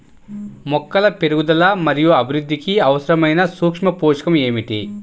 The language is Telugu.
మొక్కల పెరుగుదల మరియు అభివృద్ధికి అవసరమైన సూక్ష్మ పోషకం ఏమిటి?